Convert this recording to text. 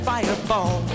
Fireball